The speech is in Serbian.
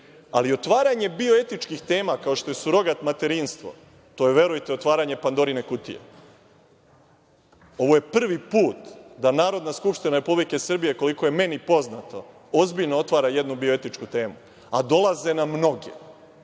Ali, otvaranje bioetičkih tema, kao što je surogat materinstvo, to je, verujte, otvaranje Pandorine kutije. Ovo je prvi put da Narodna skupština Republike Srbije, koliko je meni poznato, ozbiljno otvara jednu bioetičku temu, a dolaze nam mnoge.